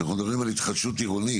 כשאנחנו מדברים על התחדשות עירונית,